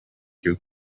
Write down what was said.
you